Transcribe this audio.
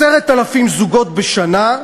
10,000 זוגות בשנה,